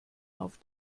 auf